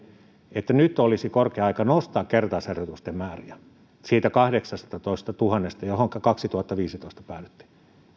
että nyt olisi korkea aika nostaa kertausharjoitusten määriä siitä kahdeksastatoistatuhannesta johonka kaksituhattaviisitoista päädyttiin